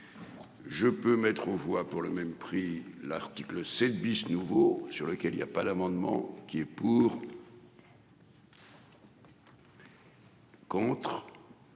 Je peux mettre aux voix pour le même prix. L'article 7 bis nouveau sur lequel il y a pas l'amendement qui est pour.